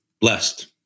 blessed